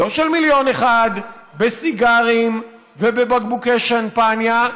לא של מיליון אחד בסיגרים ובבקבוקי שמפניה,